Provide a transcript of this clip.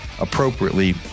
appropriately